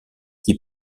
qui